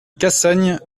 cassagne